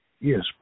Yes